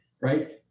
Right